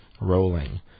rolling